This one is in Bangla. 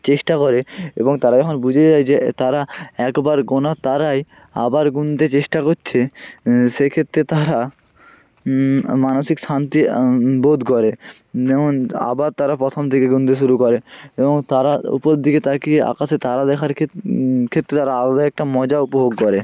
চেষ্টা করে এবং তারা যখন বুঝে যায় যে তারা একবার গোনা তারায় আবার গুনতে চেষ্টা কচ্ছে সে ক্ষেত্রে তারা মানসিক শান্তি বোধ করে যেমন আবার তারা প্রথম থেকে গুনতে শুরু করে এবং তারার ওপর দিকে তাকিয়ে আকাশে তারা দেখার ক্ষেত্রে এটা আলাদা একটা মজা উপভোগ করে